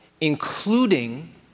including